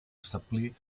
establir